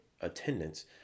attendance